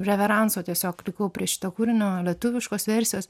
reveranso tiesiog likau prie šito kūrinio lietuviškos versijos